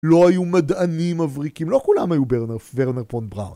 לא היו מדענים מבריקים, לא כולם היו וורנר פונט בראונד.